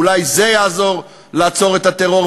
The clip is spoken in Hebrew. אולי זה יעזור לעצור את הטרור.